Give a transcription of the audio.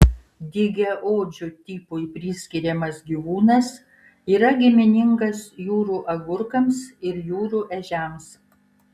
dygiaodžių tipui priskiriamas gyvūnas yra giminingas jūrų agurkams ir jūrų ežiams